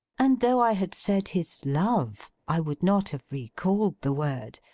and though i had said his love, i would not have recalled the word,